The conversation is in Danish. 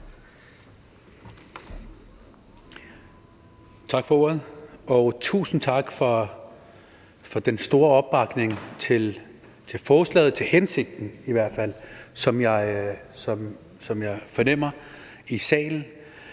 Tak for ordet. Og tusind tak for den store opbakning til forslaget – eller i hvert fald til hensigten i det – som jeg fornemmer i salen.